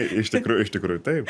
iš tikrųjų iš tikrųjų taip